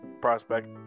prospect